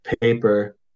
paper